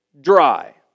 dry